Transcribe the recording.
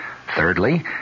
thirdly